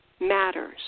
matters